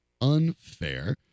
unfair